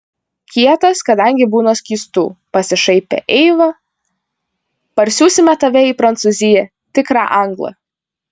kietas kadangi būna skystų pasišaipė eiva parsiųsime tave į prancūziją tikrą anglą